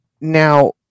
Now